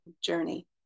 journey